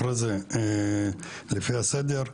אחרי זה לפי הסדר,